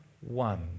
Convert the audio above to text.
one